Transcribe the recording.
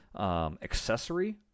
accessory